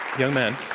young man.